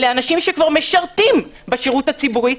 אלה אנשים שכבר משרתים בשירות הציבורי,